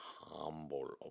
humble